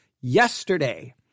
yesterday